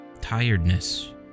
tiredness